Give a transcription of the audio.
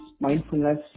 mindfulness